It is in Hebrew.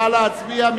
נא להצביע.